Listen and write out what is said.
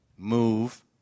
Move